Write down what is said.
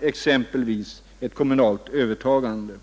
exempelvis genom ett kommunalt övertagande.